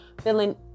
Feeling